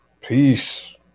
peace